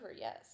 yes